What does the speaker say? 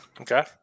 Okay